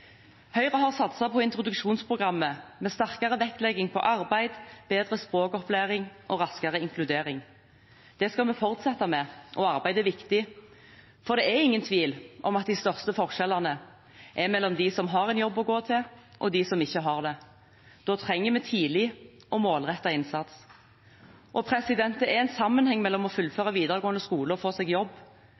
Høyre har satset på introduksjonsprogrammet, med sterkere vektlegging av arbeid, bedre språkopplæring og raskere inkludering. Det skal vi fortsette med, og arbeid er viktig, for det er ingen tvil om at de største forskjellene er mellom de som har en jobb å gå til, og de som ikke har det. Da trenger vi tidlig og målrettet innsats. Det er en sammenheng mellom å fullføre videregående skole og å få seg jobb.